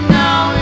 now